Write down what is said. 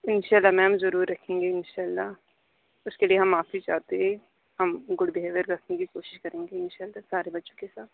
انشاء اللہ میم ضرور رکھیں گے انشاء اللہ اس کے لیے ہم معافی چاہتے ہے ہم گڈ بہیویر رکھنے کی کوشش کریں گے انشاء اللہ سارے بچوں کے ساتھ